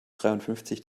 dreiundfünfzig